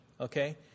okay